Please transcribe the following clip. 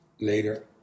later